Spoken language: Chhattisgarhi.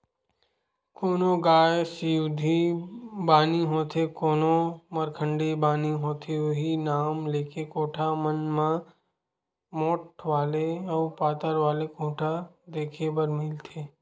कोनो गाय सिधवी बानी होथे कोनो मरखंडी बानी होथे उहीं नांव लेके कोठा मन म मोठ्ठ वाले अउ पातर वाले खूटा देखे बर मिलथे